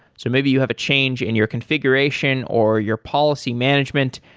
so maybe you have a change in your configuration or your policy management,